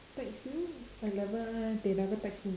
text you they never they never text me